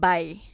Bye